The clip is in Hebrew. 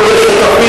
אנחנו נהיה שותפים,